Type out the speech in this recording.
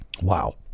Wow